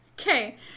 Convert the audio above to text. Okay